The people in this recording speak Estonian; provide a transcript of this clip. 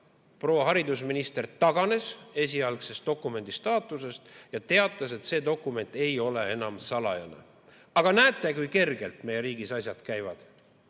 proua haridusminister taganes esialgsest dokumendi staatusest ja teatas, et see dokument ei ole enam salajane. Aga näete, kui kergelt meie riigis asjad käivad.